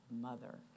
mother